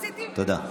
תודה.